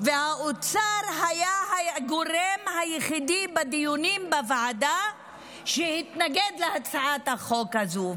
והאוצר היה הגורם היחיד בדיונים בוועדה שהתנגד להצעת החוק הזאת,